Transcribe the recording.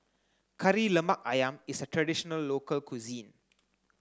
Kari Lemak Ayam is a traditional local cuisine